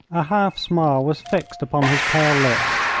a half-smile was fixed upon his pale lips,